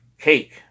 cake